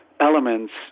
elements